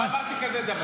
לא אמרתי כזה דבר.